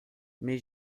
mais